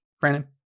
Brandon